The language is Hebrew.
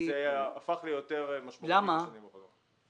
זה הפך יותר משמעותי בשנים האחרונות.